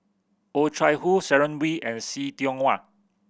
Oh Chai Hoo Sharon Wee and See Tiong Wah